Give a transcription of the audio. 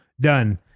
done